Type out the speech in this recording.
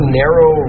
narrow